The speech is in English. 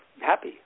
happy